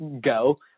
go